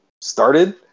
started